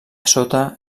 sota